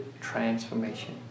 transformation